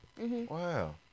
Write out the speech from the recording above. Wow